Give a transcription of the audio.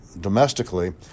domestically